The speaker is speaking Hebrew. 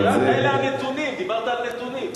אלה הנתונים, דיברת על נתונים.